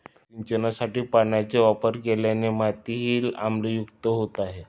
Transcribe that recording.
सिंचनासाठी क्षारयुक्त पाण्याचा वापर केल्याने मातीही आम्लयुक्त होत आहे